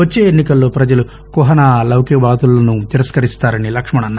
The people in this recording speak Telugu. వచ్చే ఎన్నికల్లో పజలు కుహానా లౌకికవాదులను తిరస్కరిస్తారని లక్ష్మణ్ అన్నారు